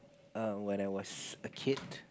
err when I was a kid